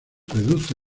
reduce